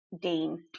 dean